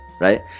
Right